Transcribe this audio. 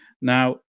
Now